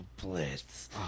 Blitz